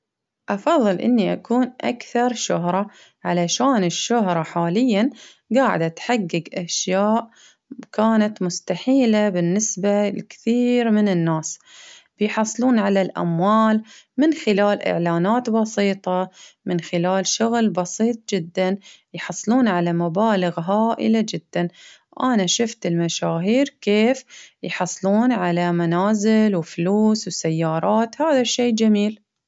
أفظل إني أكون أكثر شهرة، علشان الشهرة حاليا قاعدة تحقق أشياء كانت مستحيلة بالنسبة لكثير من الناس، بيحصلون على الأموال من خلال إعلانات بسيطة، من خلال شغل بسيط جدا يحصلون على مبالغ هائلة جدا، أنا شفت المشاهير كيف يحصلون على منازل، وفلوس، وسيارات هذا الشي جميل.